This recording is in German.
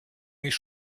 mich